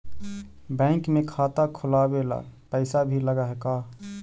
Bank में खाता खोलाबे ल पैसा भी लग है का?